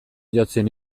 jotzen